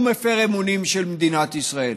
הוא מפר אמונים למדינת ישראל.